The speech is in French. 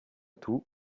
tout